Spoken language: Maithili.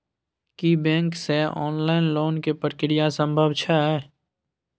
की बैंक से ऑनलाइन लोन के प्रक्रिया संभव छै?